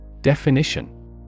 Definition